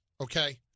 okay